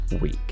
week